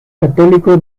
católico